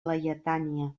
laietània